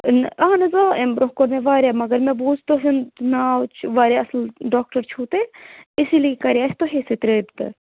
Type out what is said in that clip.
نہَ اَہَن حظ آ اَمہِ برٛونٛہہ کوٚر مےٚ واریاہ مگر مےٚ بوٗز تُہُنٛد ناو چھُ واریاہ اَصٕل ڈاکٹر چھُو تۄہہِ اِسی لیے کَرے اَسہِ تۄہے سۭتۍ رٲبطہٕ